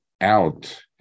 out